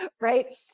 Right